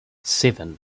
seven